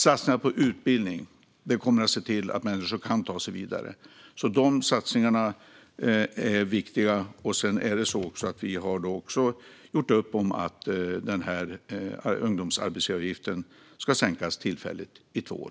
Satsningar på utbildning kommer att göra att människor kan ta sig vidare. De satsningarna är alltså viktiga. Sedan har vi också gjort upp om att ungdomsarbetsgivaravgiften ska sänkas tillfälligt, i två år.